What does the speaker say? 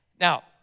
now